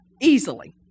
easily